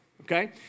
okay